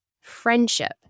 friendship